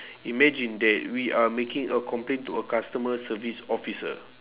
imagine that we are making a complaint to a customer service officer